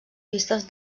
vistes